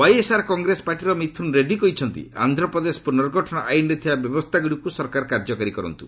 YSR Congress ପାର୍ଟିର ମିଥୁନ୍ ରେଡ୍ରୀ କହିଛନ୍ତି ଆନ୍ଧ୍ୟପ୍ରଦେଶ ପୁର୍ନଗଠନ ଆଇନ୍ରେ ଥିବା ବ୍ୟବସ୍ଥାଗୁଡ଼ିକୁ ସରକାର କାର୍ଯ୍ୟକାରୀ କରନ୍ତୁ